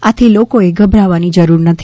આથી લોકોએ ગભરાવાની જરૂર નથી